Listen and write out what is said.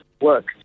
work